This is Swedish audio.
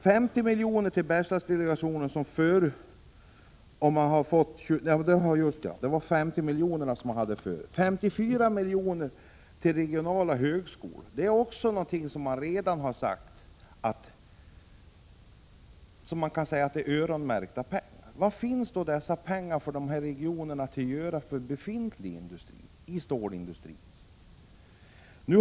50 miljoner till Bergslagsdelegationen hade man förut. 54 miljoner går till regionala högskolor. Det är också pengar som är öronmärkta. Var finns då pengar till dessa regioner för insatser i befintlig industri, i stålindustrin?